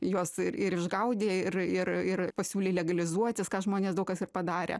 juos ir ir išgaudė ir ir ir pasiūlė legalizuotis ką žmonės daug kas ir padarė